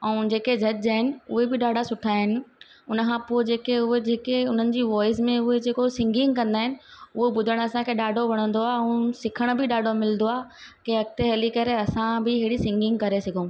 ऐं जेके जज आहिनि उहे बि ॾाढा सुठा आहिनि हुनखां पोइ जेके उहे जेके हुननि जी वॉइस में उहे जेको सिंगिंग कंदा आहिनि उहो ॿुधण असांखे ॾाढो वणंदो आहे ऐं सिखण बि ॾाढो मिलंदो आहे की अॻिते हली करे असां बि अहिड़ी सिंगिंग करे सघूं